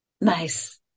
Nice